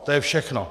To je všechno.